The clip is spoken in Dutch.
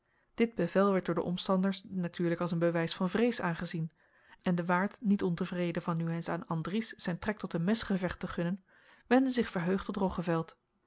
dit bevel werd door de omstanders natuurlijk als een bewijs van vrees aangezien en de waard niet ontevreden van nu eens aan andries zijn trek tot een messengevecht te gunnen wendde zich verheugd tot